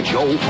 Joe